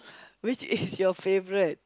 which is your favorite